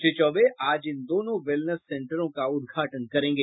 श्री चौबे आज इन दोनों वेलनेस सेंटरों को उद्घाटन करेंगे